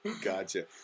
gotcha